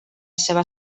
seva